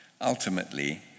Ultimately